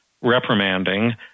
reprimanding